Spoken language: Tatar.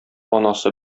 анасы